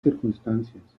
circunstancias